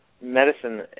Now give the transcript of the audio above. medicine –